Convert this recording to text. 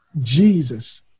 Jesus